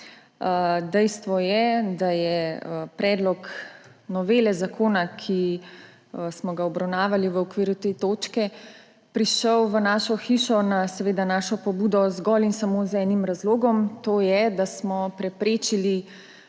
Dejstvo je, da je predlog novele zakona, ki smo ga obravnavali v okviru te točke, prišel v našo hišo na našo pobudo zgolj in samo z enim razlogom, to je, da smo preprečili